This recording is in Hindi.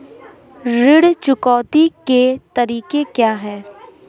ऋण चुकौती के तरीके क्या हैं?